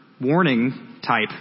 warning-type